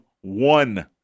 one